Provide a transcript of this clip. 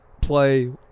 play